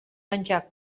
menjar